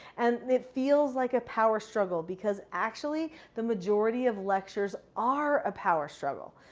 and it feels like a power struggle because actually, the majority of lectures are a power struggle.